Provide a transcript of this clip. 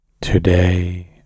Today